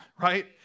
right